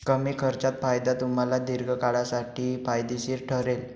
कमी खर्चात फायदा तुम्हाला दीर्घकाळासाठी फायदेशीर ठरेल